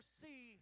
see